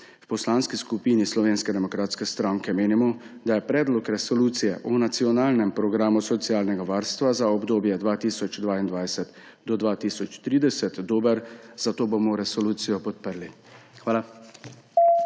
V Poslanski skupini Slovenske demokratske stranke menimo, da je Predlog resolucije o nacionalnem programu socialnega varstva za obdobje 2022−2030 dober, zato bomo resolucijo podprli. Hvala.